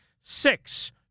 six